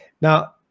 Now